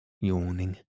yawning